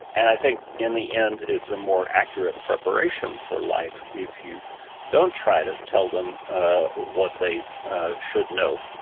and i think in the end it's a more accurate preparation for life if you don't try to tell them ah what they should know,